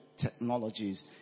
technologies